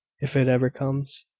if it ever comes.